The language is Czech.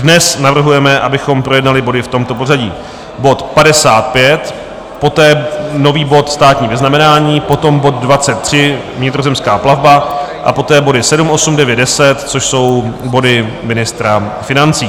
Dnes navrhujeme, abychom projednali body v tomto pořadí: bod 55, poté nový bod státní vyznamenání, potom bod 23, vnitrozemská plavba, a poté body 7, 8, 9, 10, což jsou body ministra financí.